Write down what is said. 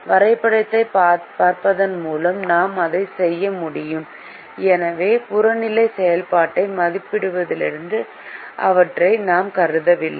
வரைபடத்தைப் பார்ப்பதன் மூலம் நாம் அதைச் செய்ய முடியும் எனவே புறநிலை செயல்பாட்டை மதிப்பிடுவதற்கு அவற்றை நாம் கருதவில்லை